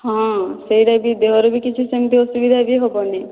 ହଁ ସେହିଟା ବି ଦେହର ବି କିଛି ସେମିତି ଅସୁବିଧା ବି ହେବନି